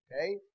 Okay